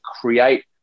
create